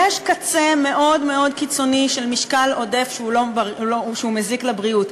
יש קצה מאוד מאוד קיצוני של משקל עודף שמזיק לבריאות.